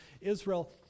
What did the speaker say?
Israel